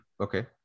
okay